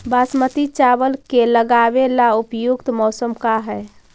बासमती चावल के लगावे ला उपयुक्त मौसम का है?